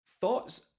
Thoughts